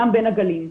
גם בין הגלים.